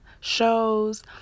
shows